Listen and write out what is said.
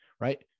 right